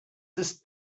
ist